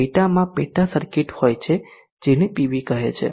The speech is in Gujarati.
પેટામાં પેટા સર્કિટ હોય છે જેને પીવી કહે છે